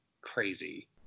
crazy